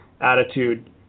attitude